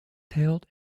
tailed